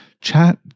Chat